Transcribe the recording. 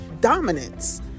dominance